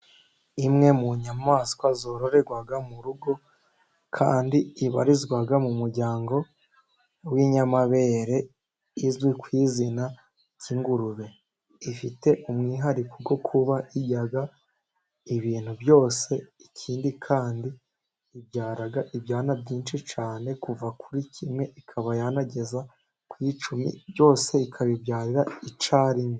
Imwe mu nyamaswa zororerwa mu rugo kandi ibarizwa mu muryango w'inyamabere, izwi ku izina ry'ingurube. Ifite umwihariko wo kuba irya ibintu byose, ikindi kandi ibyara ibyana byinshi cyane kuva kuri kimwe ikaba yanageza ku icumi, byose ikabibyarira icyarimwe.